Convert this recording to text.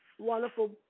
Wonderful